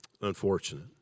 Unfortunate